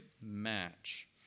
match